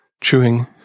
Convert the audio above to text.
chewing